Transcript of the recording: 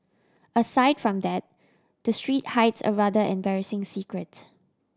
aside from that the street hides a rather embarrassing secret